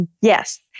yes